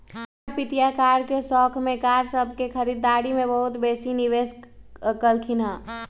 हमर पितिया कार के शौख में कार सभ के खरीदारी में बहुते बेशी निवेश कलखिंन्ह